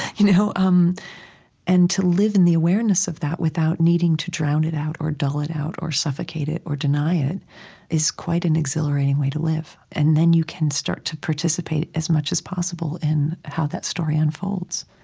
you know um and to live in the awareness of that without needing to drown it out or dull it out or suffocate it or deny it is quite an exhilarating way to live. and then you can start to participate as much as possible in how that story unfolds